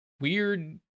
weird